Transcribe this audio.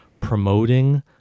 promoting